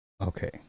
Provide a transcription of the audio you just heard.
Okay